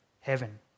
heaven